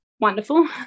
wonderful